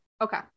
Okay